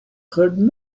heard